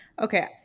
okay